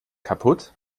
kaputt